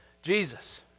Jesus